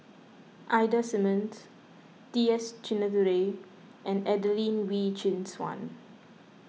Ida Simmons T S Sinnathuray and Adelene Wee Chin Suan